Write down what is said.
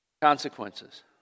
Consequences